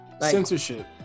Censorship